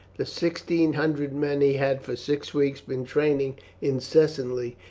the sixteen hundred men he had for six weeks been training incessantly,